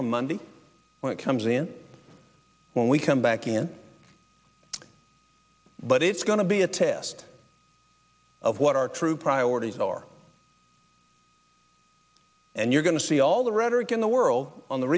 on monday when it comes in when we come back in but it's going to be a test of what our true priorities are and you're going to see all the rhetoric in the world on the